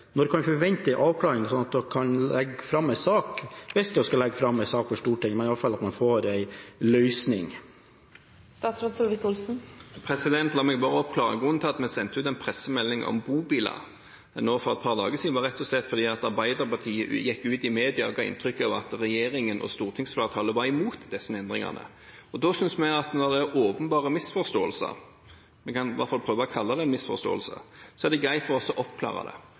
Når kan vi forvente en avklaring, sånn at statsråden kan legge fram en sak – hvis det skal legges fram en sak for Stortinget – slik at man iallfall får en løsning? La meg bare oppklare. Grunnen til at vi sendte ut en pressemelding om bobiler nå for et par dager siden, var rett og slett fordi Arbeiderpartiet gikk ut i media og ga inntrykk av at regjeringen og stortingsflertallet var imot disse endringene. Da syntes vi at når det er åpenbare misforståelser – vi kan iallfall prøve å kalle det en misforståelse – er det greit for oss å oppklare det.